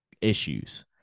issues